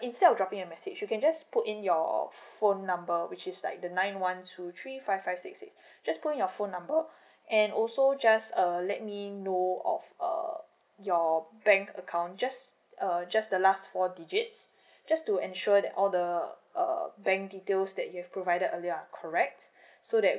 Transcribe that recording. instead of dropping a message you can just put in your phone number which is like the nine one two three five five six six just put your phone number and also just err let me know of uh your bank account just uh just the last four digits just to ensure that all the uh bank details that you've provided earlier are correct so that